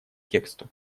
тексту